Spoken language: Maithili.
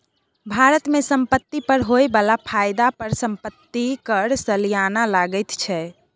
भारत मे संपत्ति पर होए बला फायदा पर संपत्ति कर सलियाना लगैत छै